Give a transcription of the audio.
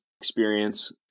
experience